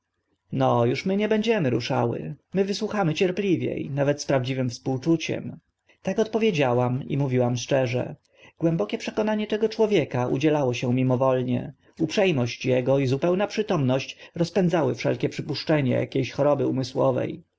no uż my nie będziemy ruszały my wysłuchamy cierpliwie nawet z prawdziwym współczuciem tak odpowiedziałam i mówiłam szczerze głębokie przekonanie tego człowieka udzielało się mimowolnie uprze mość ego i zupełna przytomność rozpędzały wszelkie przypuszczenia akie ś choroby umysłowe